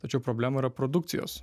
tačiau problemų yra produkcijos